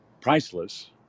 priceless